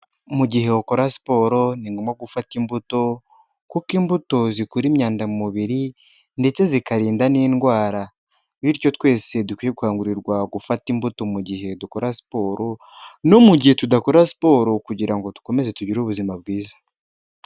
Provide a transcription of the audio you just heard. Mu gihe ukora siporo ni ngombwa gufata imbuto, kuko imbuto zikura imyanda mu mubiri ndetse zikarinda n'indwara, bityo twese dukwiye gukangurirwa gufata imbuto mu gihe dukora siporo, no mu gihe tudakora siporo kugira ngo dukomeze tugire ubuzima bwiza.